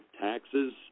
taxes